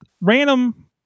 Random